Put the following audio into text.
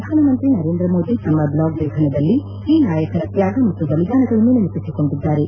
ಪ್ರಧಾನಮಂತ್ರಿ ನರೇಂದ್ರ ಮೋದಿ ತಮ್ಮ ಬ್ಲಾಗ್ ಲೇಖನದಲ್ಲಿ ಈ ನಾಯಕರ ತ್ಯಾಗ ಮತ್ತು ಬಲಿದಾನಗಳನ್ನು ನೆನಪಿಸಿಕೊಂಡಿದ್ದಾರೆ